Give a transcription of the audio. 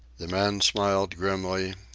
the man smiled grimly,